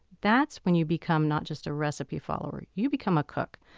that's when you become not just a recipe follower, you become a cook.